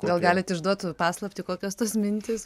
gal galit išduot paslaptį kokios tos mintys